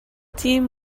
team